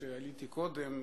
כשעליתי קודם,